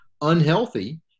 unhealthy